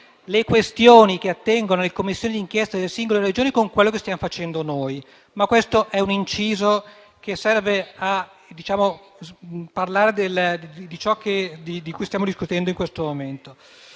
le questioni che attengono alle commissioni d'inchiesta delle singole Regioni con quello che stiamo facendo noi. Ma questo è un inciso che serve a parlare di ciò di cui stiamo discutendo in questo momento.